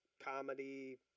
comedy